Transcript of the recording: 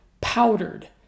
powdered